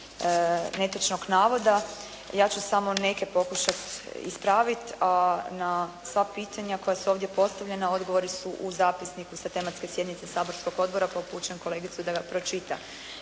netočnog navoda, a ja ću samo neke pokušati ispraviti, a na sva pitanja koja su ovdje postavljena odgovori su u zapisniku sa tematske sjednice saborskog odbora, pa upućujem kolegicu da ga pročita.